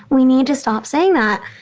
we need to stop saying that.